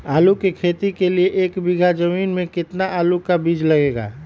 आलू की खेती के लिए एक बीघा जमीन में कितना आलू का बीज लगेगा?